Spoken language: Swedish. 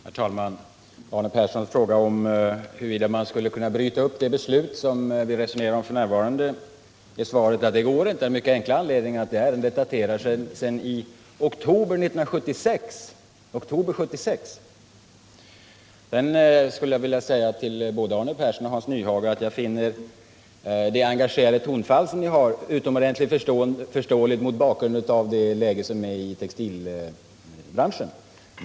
Herr talman! På Arne Perssons fråga huruvida man skulle kunna bryta upp det beslut som vi resonerar om nu är svaret att det går inte, av den enkla anledningen att detta ärende daterar sig till oktober 1976. Nr 61 Sedan skulle jag vilja säga till både Arne Persson och Hans Nyhage att jag finner det engagerade tonfall som ni har utomordentligt förståeligt mot bakgrund av det läge som råder i textilbranschen.